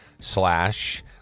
slash